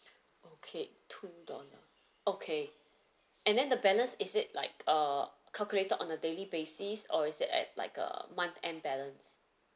okay two dollar okay and then the balance is it like uh calculated on a daily basis or is it at like a month end balance